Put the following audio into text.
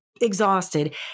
exhausted